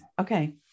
okay